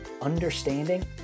Understanding